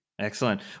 Excellent